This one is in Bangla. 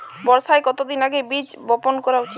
বর্ষার কতদিন আগে বীজ বপন করা উচিৎ?